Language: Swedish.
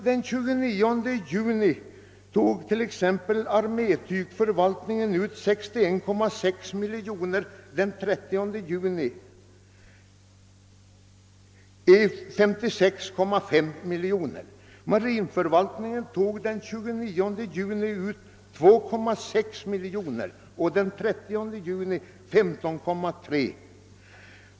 Den 29 juni tog t.ex. armétygförvaltningen ut 61,6 miljoner kronor och den 30 juni 56,5 miljoner. Marinförvaltningen tog den 29 juni ut 2,6 miljoner och den 30 juni 15,3 miljoner.